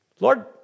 Lord